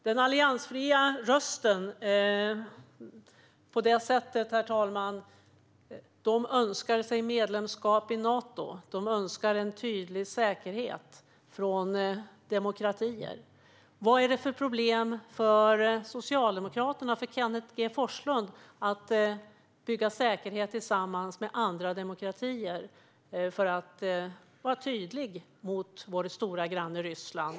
Den alliansfria rösten, herr talman, önskar sig medlemskap i Nato. De önskar sig en tydlig säkerhet från demokratier. Vad är problemet för Socialdemokraterna och Kenneth G Forslund när det gäller att bygga säkerhet tillsammans med andra demokratier för att vara tydlig mot vår stora granne Ryssland?